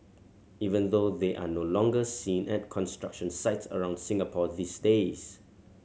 even though they are no longer seen at construction sites around Singapore these days